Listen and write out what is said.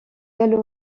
gallo